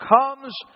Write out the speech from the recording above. comes